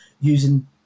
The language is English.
using